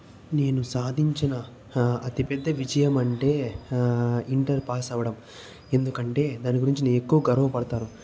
నేను సాధించిన అతిపెద్ద విజయం అంటే ఇంటర్ పాస్ అవ్వడం ఎందుకంటే దాని గురించి నేను ఎక్కువ గర్వపడతాను